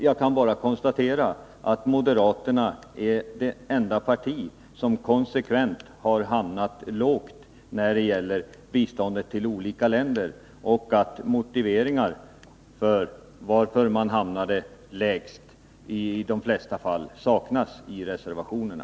Jag kan bara konstatera att moderaterna är det enda parti som har hamnat lågt när det gäller biståndet till olika länder och att motivering till varför de i de flesta fall har hamnat lägst saknas i reservationerna.